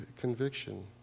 conviction